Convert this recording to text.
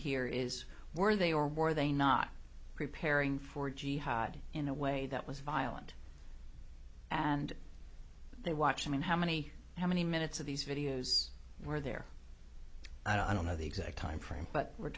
here is were they or were they not preparing for jihad in a way that was violent and they watch i mean how many how many minutes of these videos were there i don't know the exact time frame but we're